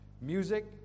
Music